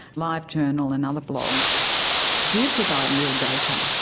livejournal and other blogs do provide real data.